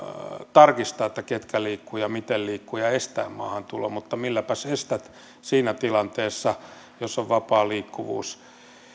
tarkistaa ketkä liikkuvat ja miten liikkuvat ja estää maahantulo mutta milläpäs estät siinä tilanteessa jos on vapaa liikkuvuus